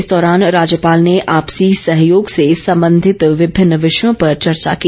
इस दौरान राज्यपाल ने आपसी सहयोग से संबंधित विभिन्न विषयों पर चर्चा की